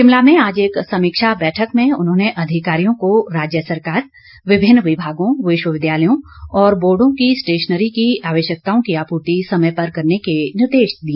शिमला में आज एक समीक्षा बैठक में उन्होंने अधिकारियों को राज्य सरकार विभिन्न विभागों विश्वविद्यालयों और बोर्डो की स्टेशनरी की आवश्यकताओं की आपूर्ति समय पर करने के निर्देश दिए